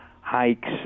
hikes